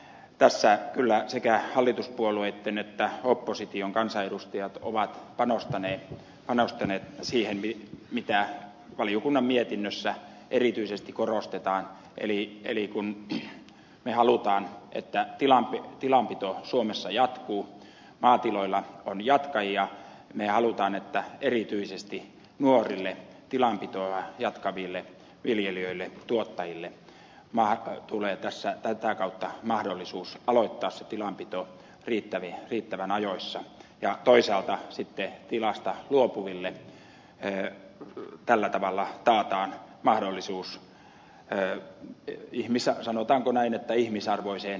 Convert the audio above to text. tässä kyllä sekä hallituspuolueitten että opposition kansanedustajat ovat panostaneet siihen mitä valiokunnan mietinnössä erityisesti korostetaan eli kun me haluamme että tilanpito suomessa jatkuu maatiloilla on jatkajia me haluamme että erityisesti nuorille tilanpitoa jatkaville viljelijöille tuottajille tulee tässä tätä kautta mahdollisuus aloittaa se tilanpito riittävän ajoissa ja toisaalta sitten tilasta luopuville tällä tavalla taataan mahdollisuus sanotaanko näin ihmisarvoiseen elämään